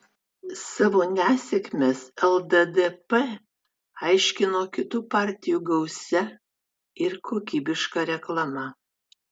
savo nesėkmes lddp aiškino kitų partijų gausia ir kokybiška reklama